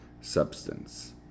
substance